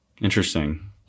interesting